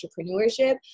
entrepreneurship